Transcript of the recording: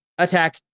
Attack